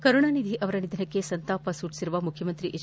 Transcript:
ಕರುಣಾನಿಧಿ ಅವರ ನಿಧನಕ್ಕೆ ಸಂತಾಪ ಸೂಚಿಸಿರುವ ಮುಖ್ಯಮಂತ್ರಿ ಎಚ್